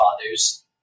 fathers